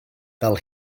fel